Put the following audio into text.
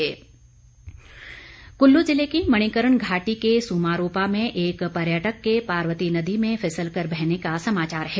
दुर्घटना कुल्लू ज़िले की मणिकरण घाटी के सुमारोपा में एक पर्यटक के पार्वती नदी में फिसल कर बहने का समाचार है